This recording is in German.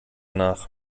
nach